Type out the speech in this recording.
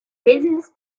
business